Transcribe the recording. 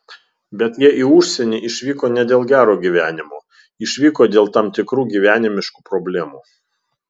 bet jie į užsienį išvyko ne dėl gero gyvenimo išvyko dėl tam tikrų gyvenimiškų problemų